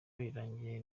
birangiye